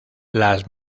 las